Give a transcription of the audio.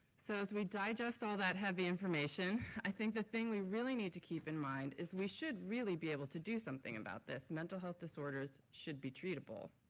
so as we digest all that heavy information, i think the thing we really need to keep in mind is we should really be able to do something about this. mental health disorders should be treatable.